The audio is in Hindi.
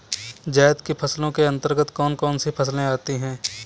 जायद की फसलों के अंतर्गत कौन कौन सी फसलें आती हैं?